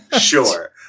Sure